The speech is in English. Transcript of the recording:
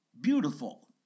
beautiful